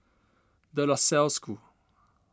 De La Salle School